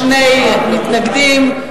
שני מתנגדים,